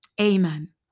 Amen